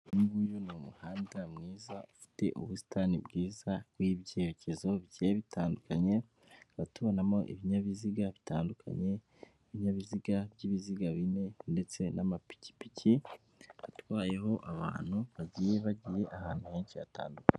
Uyu nguyu ni umuhanda mwiza ufite ubusitani bwiza bw'ibyerekezo bigiye bitandukanye, tukaba tubonamo ibinyabiziga bitandukanye ibinyabiziga by'ibiziga, bine ndetse n'amapikipiki atwayeho abantu bagiye ahantu henshi hatandukanye.